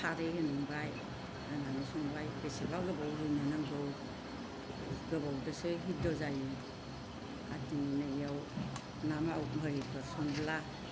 खारै होनांबाय होनानै संबाय बेसेबा गोबाव रुनो नांगौ गोबावदोसो हिदद' जायो ना मावा इरिफोर संब्ला